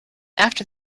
after